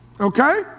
Okay